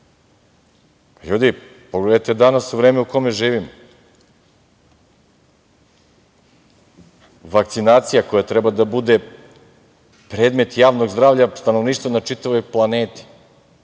ljudi pogledajte danas vreme u kome živimo. Vakcinacija koja treba da bude predmet javnog zdravlja, stanovništva na čitavoj planeti,